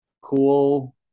cool